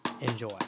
enjoy